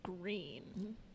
green